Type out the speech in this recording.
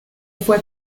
fue